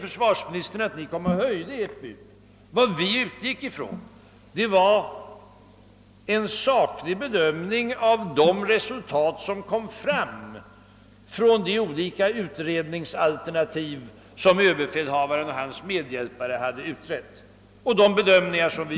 Försvarsministern säger att vi kom och höjde vårt bud. Vad vi utgick från var en saklig bedömning av de resultat som framkom ur de olika utredningsalternativ som överbefälhavaren och hans medhjälpare hade undersökt.